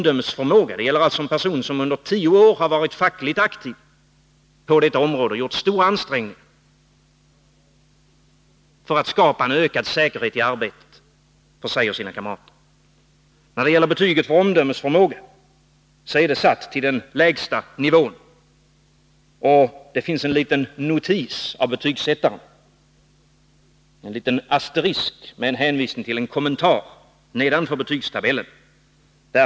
Det gäller alltså en person som under tio år har varit fackligt aktiv på detta område och gjort stora ansträngningar för att skapa ökad säkerhet i arbetet för sig och sina kamrater. Betyget för omdömesförmåga är satt till den lägsta nivån. Betygsättaren har gjort en liten asterisk med en hänvisning till en kommentar nedanför betygstabellen.